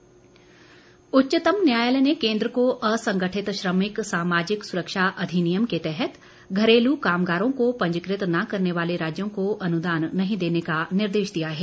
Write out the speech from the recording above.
न्यायालय उच्चतम न्यायालय ने केंद्र को असंगठित श्रमिक सामाजिक सुरक्षा अधिनियम के तहत घरेलू कामगारों को पंजीकृत न करने वाले राज्यों को अनुदान नहीं देने का निर्देश दिया है